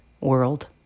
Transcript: world